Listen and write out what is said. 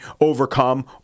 overcome